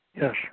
Yes